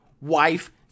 wife